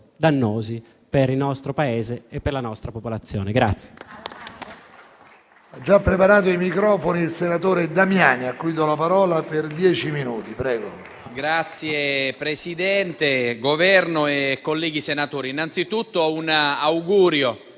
dannosi per il nostro Paese e per la nostra popolazione.